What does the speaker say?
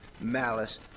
malice